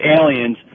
aliens